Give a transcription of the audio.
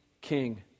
king